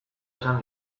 esan